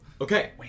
Okay